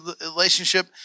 relationship